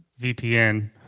VPN